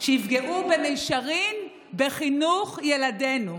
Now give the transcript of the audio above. שיפגעו במישרין בחינוך ילדינו.